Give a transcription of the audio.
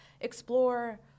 explore